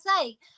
say